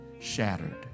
shattered